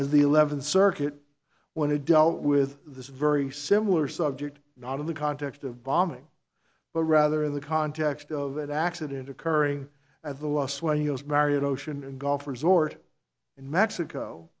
as the eleventh circuit when it dealt with this very similar subject not in the context of bombing but rather in the context of that accident occurring at the last when u s marriott ocean and golf resort in mexico